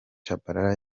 tchabalala